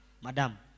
madam